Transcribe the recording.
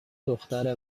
دختر